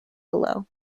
below